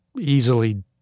easily